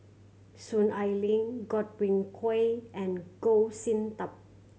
Soon Ai Ling Godwin Koay and Goh Sin Tub